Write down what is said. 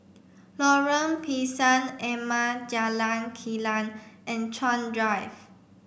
Lorong Pisang Emas Jalan Kilang and Chuan Drive